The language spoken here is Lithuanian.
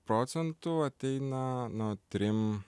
procentų ateina nuo trim